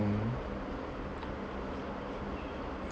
mm